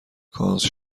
کانس